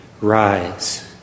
rise